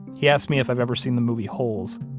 he asked me if i've ever seen the movie, holes,